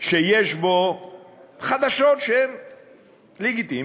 שיש בו חדשות שהן לגיטימיות,